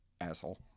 Asshole